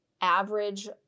average